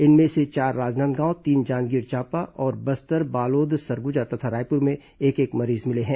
इनमें से चार राजनांदगांव तीन जांजगीर चांपा और बस्तर बालोद सरगुजा तथा रायपुर में एक एक मरीज मिले हैं